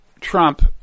Trump –